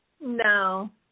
No